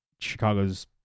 Chicago's